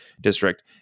district